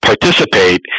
participate